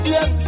Yes